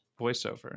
voiceover